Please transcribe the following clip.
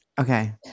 Okay